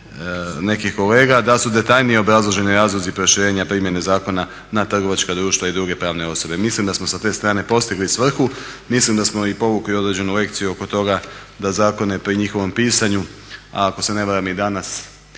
nekih kolega, da su detaljnije obrazloženi razlozi proširenja primjene zakona na trgovačka društva i druge pravne osobe. Mislim da smo sa te strane postigli svrhu, mislim da smo i povukli određenu lekciju oko toga da zakone pri njihovom pisanju, a ako se ne varam i danas